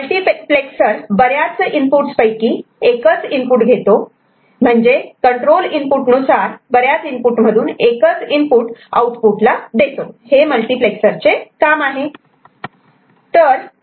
multiplexer बऱ्याच input पैकी एकच इनपुट घेतो म्हणजेच कंट्रोल इनपुटनुसार बऱ्याच इनपुट मधून एकच इनपुट आउटपुट ला देतो हे मल्टिप्लेक्सर चे काम आहे